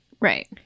Right